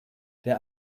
der